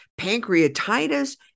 pancreatitis